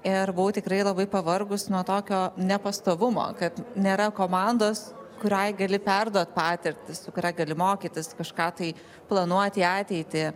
ir buvau tikrai labai pavargus nuo tokio nepastovumo kad nėra komandos kuriai gali perduot patirtį su kuria gali mokytis kažką tai planuot į ateitį